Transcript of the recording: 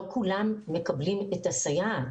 לא כולם מקבלים את הסייעת,